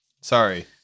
Sorry